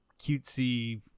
cutesy